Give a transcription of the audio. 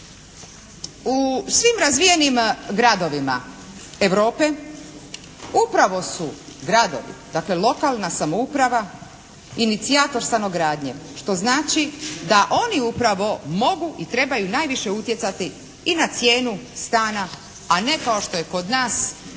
U svim razvijenim gradovima Europe upravo su gradovi, dakle lokalna samouprava inicijator stanogradnje, što znači da oni upravo mogu i trebaju najviše utjecati i na cijenu stana, a ne kao što je kod nas unatoč